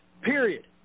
period